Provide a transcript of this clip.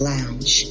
Lounge